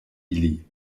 ili